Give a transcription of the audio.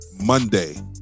Monday